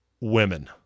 women